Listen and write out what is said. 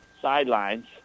sidelines